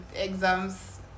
exams